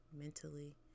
mentally